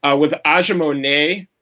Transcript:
ah with aja monet.